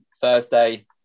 Thursday